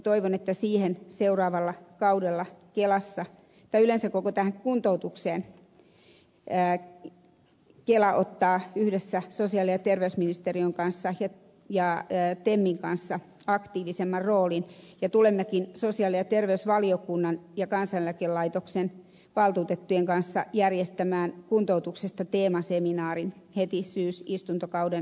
toivon että seuraavalla kaudella siihen ja yleensä koko tähän kuntoutukseen kela ottaa yhdessä sosiaali ja terveysministeriön kanssa ja temmin kanssa aktiivisemman roolin ja tulemmekin sosiaali ja terveysvaliokunnan ja kansaneläkelaitoksen valtuutettujen kanssa järjestämään kuntoutuksesta teemaseminaarin heti syysistuntokauden alettua